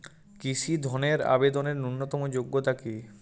কৃষি ধনের আবেদনের ন্যূনতম যোগ্যতা কী?